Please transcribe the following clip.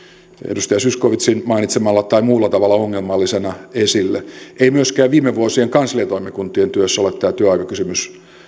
edustaja zyskowiczin mainitsemalla tai muulla tavalla ongelmallisena esille ei myöskään viime vuosien kansliatoimikuntien työssä ole tämä työaikakysymys